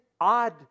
odd